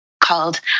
called